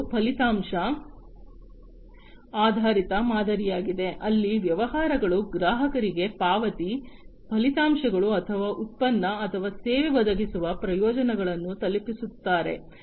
ಮುಂದಿನದು ಫಲಿತಾಂಶ ಆಧಾರಿತ ಮಾದರಿಯಾಗಿದೆ ಅಲ್ಲಿ ವ್ಯವಹಾರಗಳು ಗ್ರಾಹಕರಿಗೆ ಪಾವತಿ ಫಲಿತಾಂಶಗಳು ಅಥವಾ ಉತ್ಪನ್ನ ಅಥವಾ ಸೇವೆ ಒದಗಿಸುವ ಪ್ರಯೋಜನಗಳನ್ನು ತಲುಪಿಸುತ್ತಾರೆ